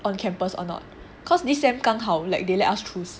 on campus or not cause this semester 刚好 like they let us choose